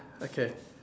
okay